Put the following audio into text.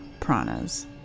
pranas